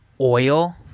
oil